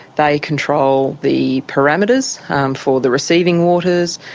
they control the parameters for the receiving waters.